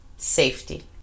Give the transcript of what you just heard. safety